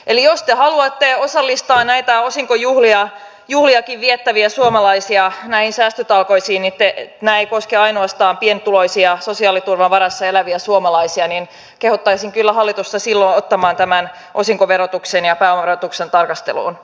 eli jos te haluatte osallistaa näitä osinkojuhliakin viettäviä suomalaisia näihin säästötalkoisiin nämä eivät koske ainoastaan pienituloisia sosiaaliturvan varassa eläviä suomalaisia niin kehottaisin kyllä hallitusta silloin ottamaan tämän osinkoverotuksen ja pääomaverotuksen tarkasteluun